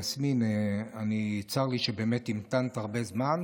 יסמין, צר לי שבאמת המתנת הרבה זמן.